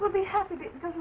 we'll be happy because